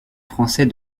français